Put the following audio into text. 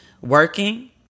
working